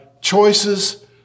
choices